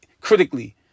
critically